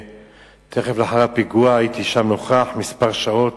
ותיכף לאחר הפיגוע הייתי שם כמה שעות.